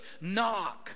knock